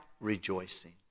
rejoicing